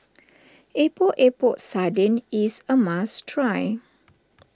Epok Epok Sardin is a must try